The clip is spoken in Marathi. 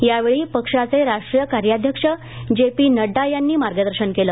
यावेळी पक्षाचे राष्ट्रीय कार्याध्यक्ष जे पी नड्डा यांनी मार्गदर्शन केलं